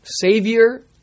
savior